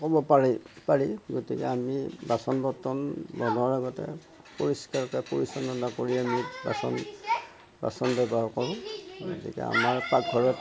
ক'ব পাৰি পাৰি গতিকে আমি বাচন বৰ্তন ব্যৱহাৰৰ আগতে পৰিস্কাৰকৈ পৰিচালনা কৰি আমি বাচন বাচন ব্যৱহাৰ কৰোঁ গতিকে আমাৰ পাকঘৰত